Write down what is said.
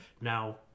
Now